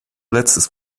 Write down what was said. letztes